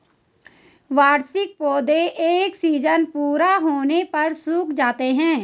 वार्षिक पौधे एक सीज़न पूरा होने पर सूख जाते हैं